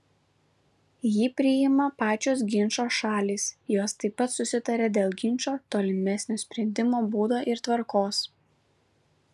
jį priima pačios ginčo šalys jos taip pat susitaria dėl ginčo tolimesnio sprendimo būdo ir tvarkos